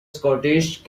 scottish